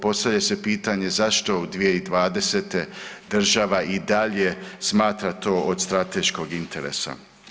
Postavlja se pitanje, zašto u 2020. država i dalje smatra to od strateškog interesa?